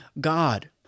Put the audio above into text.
God